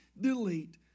delete